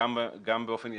גם באופן ישיר,